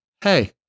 hey